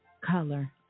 color